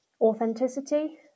authenticity